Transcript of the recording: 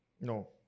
No